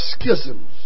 schisms